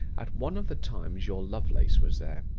at one of the times your lovelace was there.